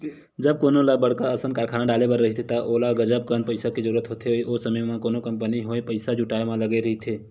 जब कोनो ल बड़का असन कारखाना डाले बर रहिथे त ओला गजब कन पइसा के जरूरत होथे, ओ समे म कोनो कंपनी होय पइसा जुटाय म लगे रहिथे